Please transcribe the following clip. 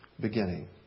beginning